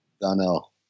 Donnell